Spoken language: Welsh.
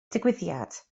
digwyddiad